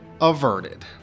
averted